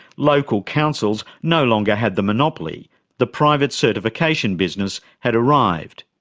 local councils no longer had the monopoly the private certification business had arrived.